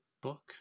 book